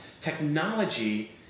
Technology